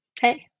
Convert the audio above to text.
Hey